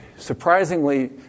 surprisingly